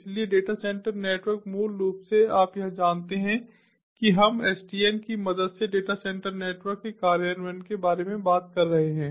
इसलिए data centre network मूल रूप से आप यहां जानते हैं कि हम एसडीएन की मदद से डेटा सेंटर नेटवर्क के कार्यान्वयन के बारे में बात कर रहे हैं